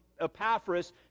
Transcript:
Epaphras